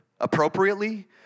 appropriately